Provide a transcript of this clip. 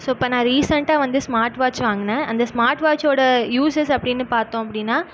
so இப்போ நான் ரீசெண்ட்டாக வந்து ஸ்மார்ட் வாட்ச் வாங்கினேன் அந்த ஸ்மார்ட் வாட்ச்சோடய யூஸஸ் அப்படின்னு பார்த்தோம் அப்படின்னா